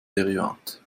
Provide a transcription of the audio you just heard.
derivat